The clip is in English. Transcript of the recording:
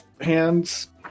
hands